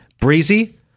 Breezy